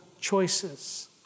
choices